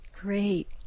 Great